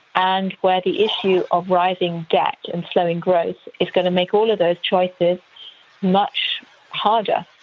and where the issue of rising debt and slowing growth is going to make all of those choices much harder.